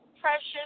precious